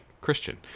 Christian